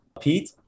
Pete